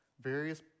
various